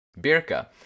Birka